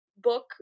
book